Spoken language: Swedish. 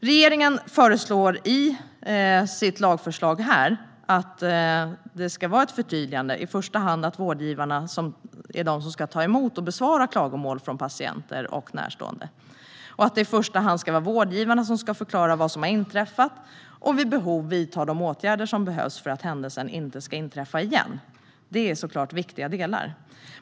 Regeringen föreslår i sitt lagförslag att det ska vara ett förtydligande, i första hand om att vårdgivarna är de som ska ta emot och besvara klagomål från patienter och närstående, och det ska i första hand vara vårdgivarna som ska förklara vad som har inträffat och vid behov vidta de åtgärder som behövs för att händelsen inte ska inträffa igen. Det är såklart viktiga delar.